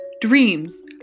dreams